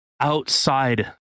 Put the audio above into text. outside